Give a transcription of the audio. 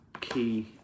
key